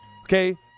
Okay